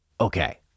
Okay